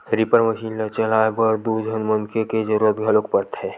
reaper machine ल चलाए बर दू झन मनखे के जरूरत घलोक परथे